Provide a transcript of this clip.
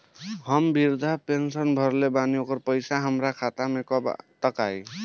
हम विर्धा पैंसैन भरले बानी ओकर पईसा हमार खाता मे कब तक आई?